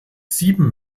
sieben